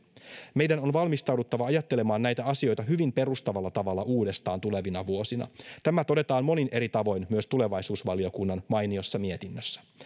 meidän on valmistauduttava ajattelemaan näitä asioita hyvin perustavalla tavalla uudestaan tulevina vuosina tämä todetaan monin eri tavoin myös tulevaisuusvaliokunnan mainiossa mietinnössä